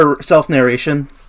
self-narration